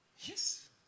Yes